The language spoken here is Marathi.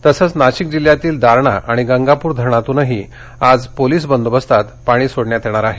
तसंच नाशिक जिल्ह्यातील दारणा आणि गंगापूर धरणातूनही आज पोलीस बंदोबस्तात पाणी सोडण्यात येणार आहे